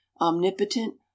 omnipotent